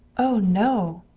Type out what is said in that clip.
oh, no!